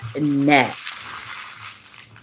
next